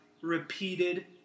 repeated